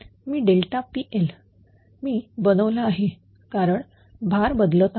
मी PL मी बनवला आहे कारण भार बदलत आहे